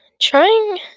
trying